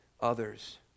others